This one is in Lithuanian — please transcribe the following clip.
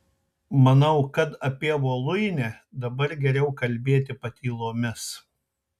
manau kad apie voluinę dabar geriau kalbėti patylomis